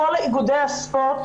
בכל איגודי הספורט.